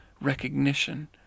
recognition